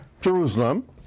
Jerusalem